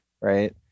right